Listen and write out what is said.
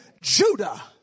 Judah